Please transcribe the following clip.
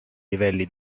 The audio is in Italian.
livelli